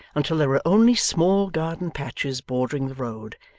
until there were only small garden patches bordering the road,